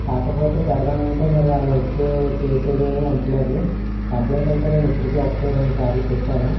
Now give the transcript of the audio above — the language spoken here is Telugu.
కాకపోతే పెడదామంటే మరి వాళ్ళు వచ్చి చేసేది ఏమి ఉండట్లేదు కంప్లయింట్ అయితే నేను ఇప్పటికీ ఒకటి రెండు సార్లు పెట్టాను